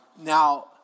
Now